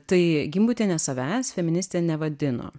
tai gimbutienė savęs feministe nevadino